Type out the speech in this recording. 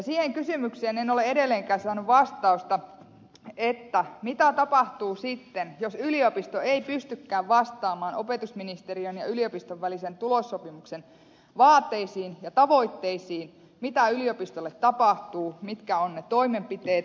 siihen kysymykseen en ole edelleenkään saanut vastausta mitä tapahtuu sitten jos yliopisto ei pystykään vastaamaan opetusministeriön ja yliopiston välisen tulossopimuksen vaateisiin ja tavoitteisiin mitä yliopistolle tapahtuu mitkä ovat ne toimenpiteet